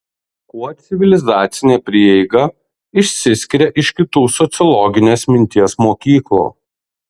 kuo civilizacinė prieiga išsiskiria iš kitų sociologinės minties mokyklų